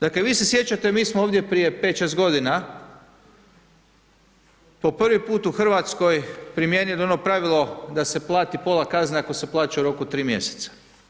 Dakle, vi se sjećate, mi smo ovdje prije 5, 6 godina po prvi put u Hrvatskoj primijenili ono pravilo da se plati pola kazne ako se plaća u roku od 3 mjeseca.